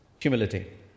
Humility